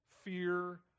Fear